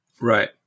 Right